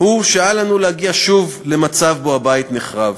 הוא שאל לנו להגיע שוב למצב שהבית נחרב.